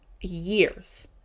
years